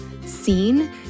seen